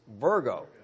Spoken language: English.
Virgo